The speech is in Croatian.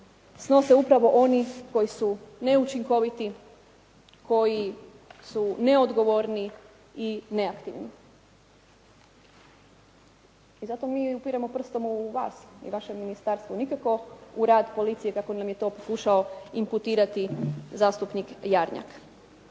snose upravo oni koji su neučinkoviti, koji su neodgovorni i neaktivni. I zato mi upiremo prstom u vas i vaše ministarstvo, nikako u rad policije kako nam je to pokušamo imputirati zastupnik Jarnjak.